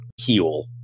heal